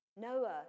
Noah